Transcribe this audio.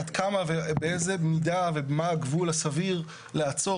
עד כמה ובאיזה מידה ומה הגבול הסביר לעצור